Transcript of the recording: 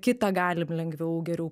kitą galim lengviau geriau